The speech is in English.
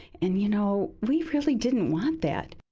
and you know we really didn't want that.